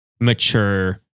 mature